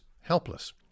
helpless